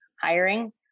hiring